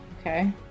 Okay